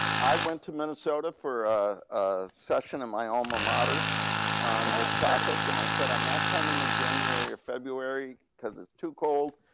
i went to minnesota for a session of my alma mater on this topic, and i said i'm not coming in january or february because it's too cold.